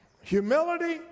humility